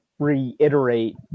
reiterate